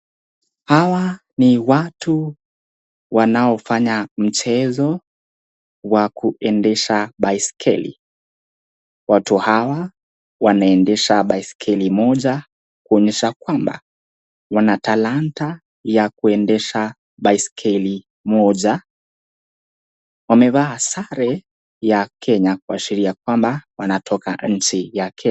Hawa ni watu wanaofanya mchezo wa kuendesha baiskeli. Watu hawa wanaendesha baiskeli moja kuonyesha kwamba wana talanta ya kuendesha baiskeli moja. Wamevaa sare ya Kenya kuonyesha kwamba wanatoka nchi ya Kenya.